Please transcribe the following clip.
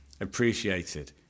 Appreciated